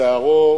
שערו